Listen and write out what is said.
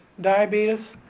diabetes